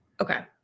Okay